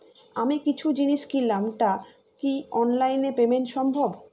আমি কিছু জিনিস কিনলাম টা কি অনলাইন এ পেমেন্ট সম্বভ?